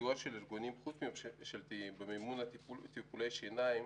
סיוע של ארגונים חוץ-ממשלתיים במימון טיפולי שיניים